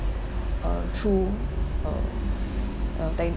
uh through uh a tan~